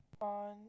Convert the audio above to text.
On